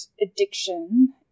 addiction